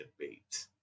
debate